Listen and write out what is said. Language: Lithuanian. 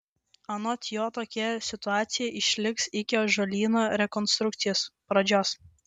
anot jo tokia situacija išliks iki ąžuolyno rekonstrukcijos pradžios